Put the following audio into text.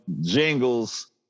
jingles